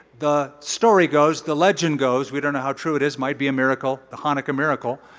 the story goes the legend goes we don't know how true it is, might be a miracle. the hanukkah miracle.